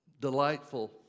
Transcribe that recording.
delightful